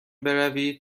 بروید